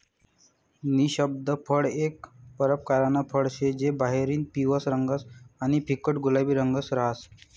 निषिद्ध फळ एक परकारनं फळ शे जे बाहेरतीन पिवयं रंगनं आणि फिक्कट गुलाबी रंगनं रहास